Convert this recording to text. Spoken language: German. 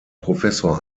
professor